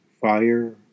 fire